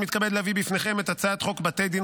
אני מתכבד להביא בפניכם את הצעת חוק בתי דין